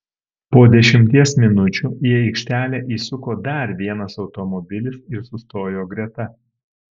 po dešimties minučių į aikštelę įsuko dar vienas automobilis ir sustojo greta